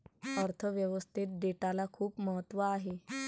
अर्थ व्यवस्थेत डेटाला खूप महत्त्व आहे